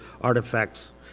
artifacts